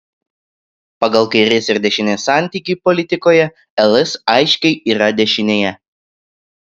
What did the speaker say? pagal kairės ir dešinės santykį politikoje ls aiškiai yra dešinėje